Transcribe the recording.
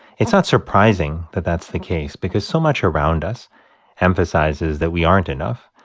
it's not surprising that that's the case because so much around us emphasizes that we aren't enough,